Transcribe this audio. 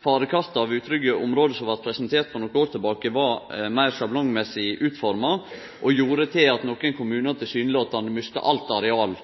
farekarta over utrygge område som blei presenterte for nokre år sidan, var meir sjablongmessig utforma og gjorde at nokre kommunar tilsynelatande mista alt areal